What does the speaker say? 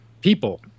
people